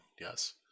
Yes